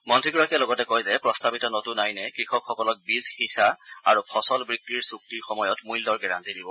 মন্ত্ৰীগৰাকীয়ে লগতে কয় যে প্ৰস্তাৱিত নতুন আইনে ক্ষকসকলক বীজ সিঁচা আৰু ফচল বিক্ৰীৰ চক্তিৰ সময়ত মূল্যৰ গেৰাণ্টি দিব